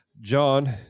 John